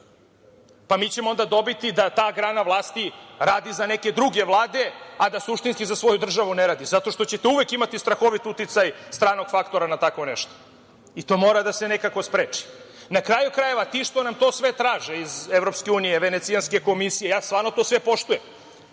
pa mi ćemo onda dobiti da ta grana vlasti radi za neke druge vlade, a da suštinski za svoju državu ne radi, zato što ćete uvek imati strahovit uticaj stranog faktora na tako nešto i to mora da se nekako spreči. Na kraju krajeva, ti što nam sve to traže iz EU, Venecijanske komisije, ja stvarno sve to poštujem,